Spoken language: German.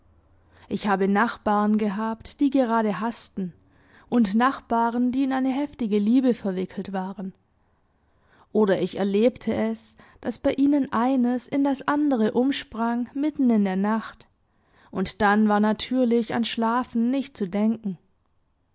ich habe nachbaren gehabt die gerade haßten und nachbaren die in eine heftige liebe verwickelt waren oder ich erlebte es daß bei ihnen eines in das andere umsprang mitten in der nacht und dann war natürlich an schlafen nicht zu denken